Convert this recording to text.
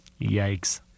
Yikes